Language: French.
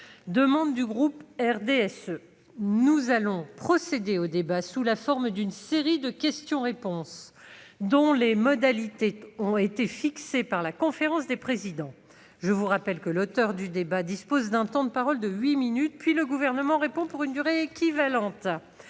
des inondations ".» Nous allons procéder au débat sous la forme d'une série de questions-réponses dont les modalités ont été fixées par la conférence des présidents. Je vous rappelle que l'auteur de la demande dispose d'un temps de parole de huit minutes, puis le Gouvernement répond pour une durée équivalente.